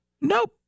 Nope